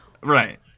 Right